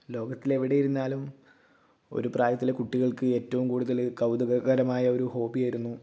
ലോകത്തിലെവിടെയിരുന്നാലും ഒരു പ്രായത്തില് കുട്ടികൾക്ക് ഏറ്റവും കൂടുതല് കൗതുക കരമായ ഒരു ഹോബിയായിരുന്നു